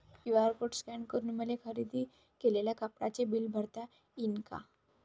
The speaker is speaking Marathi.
क्यू.आर कोड स्कॅन करून मले खरेदी केलेल्या कापडाचे बिल भरता यीन का?